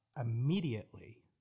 immediately